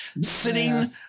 sitting